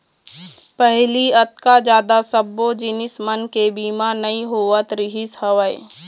पहिली अतका जादा सब्बो जिनिस मन के बीमा नइ होवत रिहिस हवय